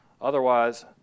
Otherwise